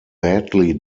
badly